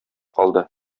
калды